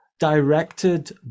directed